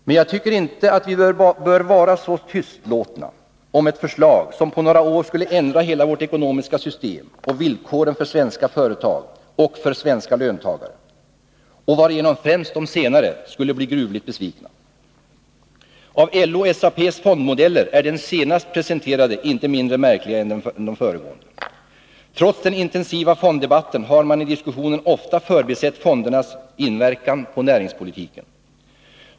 Men jag tycker inte att vi bör vara så tystlåtna om ett förslag som på några år skulle ändra hela vårt ekonomiska system och villkoren för svenska företag och för svenska löntagare, och varigenom främst de senare skulle bli gruvligt besvikna. Av LO-SAP:s fondmodeller är den senast presenterade inte mindre märklig än de föregående. Trots den intensiva fonddebatten har man i diskussionen ofta förbisett fondernas inverkan på näringspolitiken.